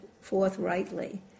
forthrightly